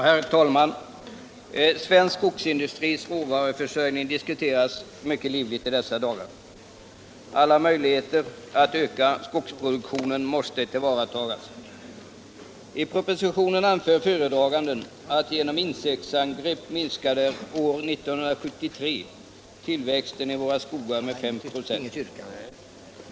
Herr talman! Svensk skogsindustris råvaruförsörjning diskuteras mycket livligt i dessa dagar. Alla möjligheter att öka skogsproduktionen måste tillvaratas. I propositionen anför föredraganden att genom insektsangrepp minskade tillväxten i våra skogar med 5 96 år 1973.